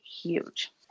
huge